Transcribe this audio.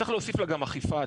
צריך להוסיף לה גם אכיפה עצמית,